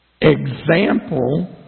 Example